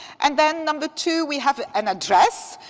and then number two, we have an address.